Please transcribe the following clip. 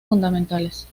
fundamentales